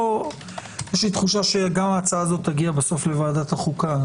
יש לי תחושה שגם ההצעה הזאת תגיע בסוף לוועדת החוקה.